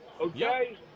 okay